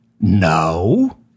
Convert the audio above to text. No